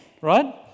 right